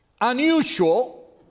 unusual